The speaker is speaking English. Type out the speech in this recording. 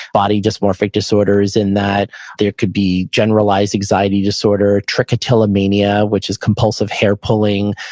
body dysmorphic disorders. in that there could be generalized anxiety disorder. trichotillomania, which is compulsive hair pulling.